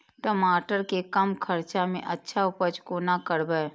टमाटर के कम खर्चा में अच्छा उपज कोना करबे?